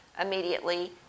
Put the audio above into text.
immediately